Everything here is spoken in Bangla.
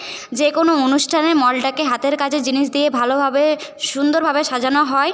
যে কোনো অনুষ্ঠানে মলটাকে হাতের কাছের জিনিস দিয়ে ভালোভাবে সুন্দরভাবে সাজানো হয়